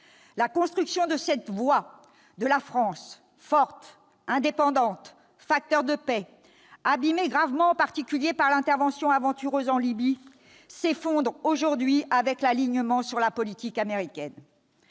La construction de cette voix de la France, forte, indépendante, facteur de paix, déjà gravement abîmée, en particulier par l'intervention aventureuse en Libye, s'effondre aujourd'hui avec l'alignement sur la politique américaine.